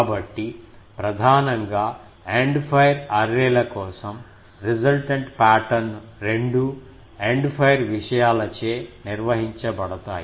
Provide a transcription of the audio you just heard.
కాబట్టి ప్రధానంగా end fire array ల కోసం రిజల్ట్టెంట్ పాటర్న్ రెండూ ఎండ్ ఫైర్ విషయాలచే నిర్వహించబడతాయి